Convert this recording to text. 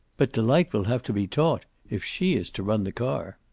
but delight will have to be taught, if she is to run the car.